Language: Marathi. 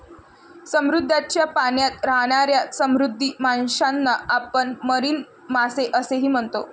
समुद्राच्या पाण्यात राहणाऱ्या समुद्री माशांना आपण मरीन मासे असेही म्हणतो